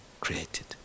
created